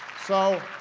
so